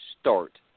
start